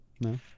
No